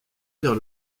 vers